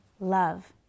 love